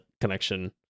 connection